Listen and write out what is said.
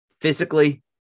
Physically